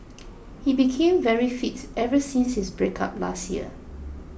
he became very fit ever since his breakup last year